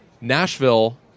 Nashville